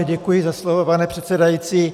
Děkuji za slovo, pane předsedající.